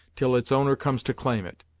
till its owner comes to claim it.